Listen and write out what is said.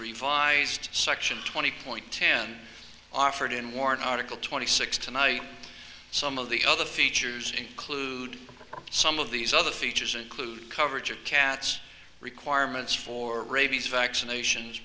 revised section twenty point ten offered in worn article twenty six tonight some of the other features include some of these other features include coverage of cats requirements for rabies vaccinations